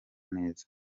neza